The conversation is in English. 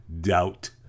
doubt